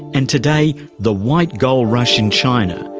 and today the white gold rush in china,